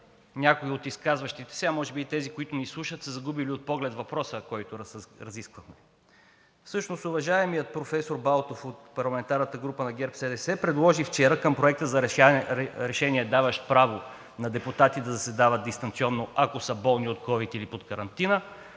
някои от изказващите се, а може би и тези, които ни слушат, са загубили от поглед въпроса, който разискваме. Всъщност уважаемият професор Балтов от парламентарната група на ГЕРБ-СДС предложи вчера към Проекта за решение, даващ право на депутати да заседават дистанционно, ако са болни от ковид или под карантина,